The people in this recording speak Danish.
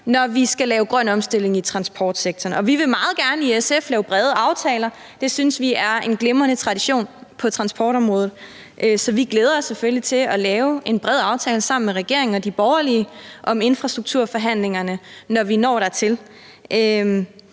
når vi skal lave grøn omstilling i transportsektoren. Vi vil meget gerne i SF lave brede aftaler. Det synes vi er en glimrende tradition på transportområdet. Så vi glæder os selvfølgelig til at lave en bred aftale sammen med regeringen og de borgerlige ved infrastrukturforhandlingerne, når vi når dertil.